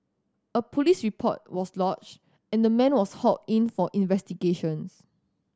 a police report was lodged and the man was hauled in for investigations